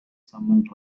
someone